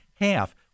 half